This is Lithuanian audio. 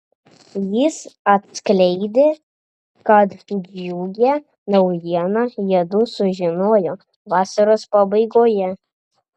jis atskleidė kad džiugią naujieną jiedu sužinojo vasaros pabaigoje